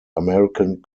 american